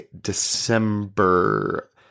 December